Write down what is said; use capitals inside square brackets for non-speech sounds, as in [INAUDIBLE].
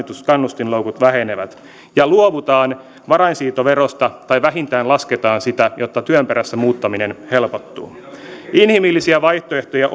kannustinloukut vähenevät ja luovutaan varainsiirtoverosta tai vähintään lasketaan sitä jotta työn perässä muuttaminen helpottuu inhimillisiä vaihtoehtoja [UNINTELLIGIBLE]